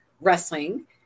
Wrestling